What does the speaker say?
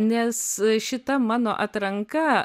nes šita mano atranka